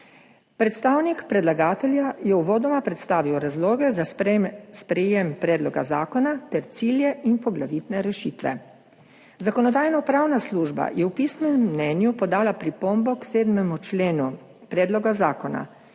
Predstavnik predlagatelja je uvodoma predstavil razloge za sprejem predloga zakona ter cilje in poglavitne rešitve. Zakonodajno-pravna služba je v pisnem mnenju podala pripombo k 7. členu predloga zakona,